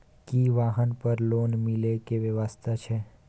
की वाहन पर लोन मिले के व्यवस्था छै?